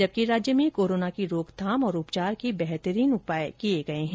जबकि राज्य में कोरोना की रोकथाम और उपचार के बेहतरीन उपाय किये है